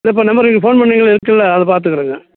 இப்போ நம்பருக்கு ஃபோன் பண்ணுனீங்களே இருக்கில்ல அதை பார்த்துக்குறேங்க